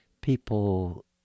people